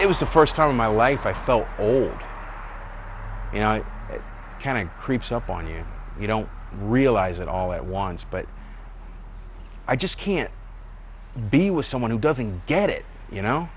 it was the first time in my life i felt old counting creeps up on you you don't realize it all at once but i just can't be with someone who doesn't get it you know